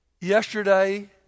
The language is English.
Yesterday